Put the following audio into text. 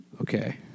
Okay